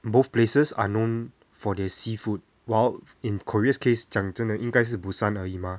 both places are known for their seafood while in korea's case 讲真的应该是 busan 而已 mah